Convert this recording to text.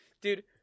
Dude